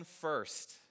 first